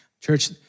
Church